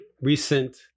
recent